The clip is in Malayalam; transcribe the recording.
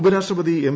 ഉപരാഷ്ട്രപതി എം